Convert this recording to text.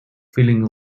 feeling